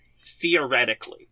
theoretically